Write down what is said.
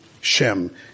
Shem